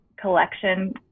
collection